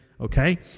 okay